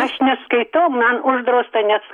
aš neskaitau man uždrausta nes